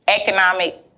economic